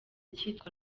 cyitwa